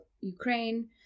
Ukraine